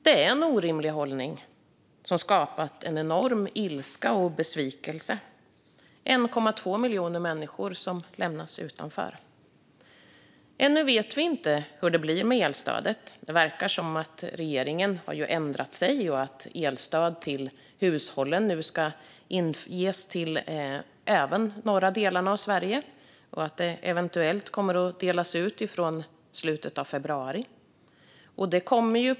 Det är en orimlig hållning, och den har skapat en enorm ilska och besvikelse. Det är 1,2 miljoner människor som lämnas utanför. Ännu vet vi inte hur det blir med elstödet - det verkar ju som att regeringen har ändrat sig och att elstöd till hushållen nu ska ges även i de norra delarna av Sverige. Eventuellt kommer det att delas ut från slutet av februari.